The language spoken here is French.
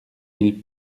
mille